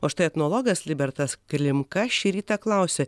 o štai etnologas libertas klimka šį rytą klausia